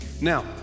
Now